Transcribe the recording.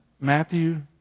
Matthew